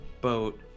boat